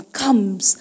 comes